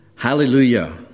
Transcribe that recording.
Hallelujah